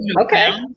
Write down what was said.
okay